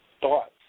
thoughts